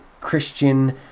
Christian